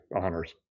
honors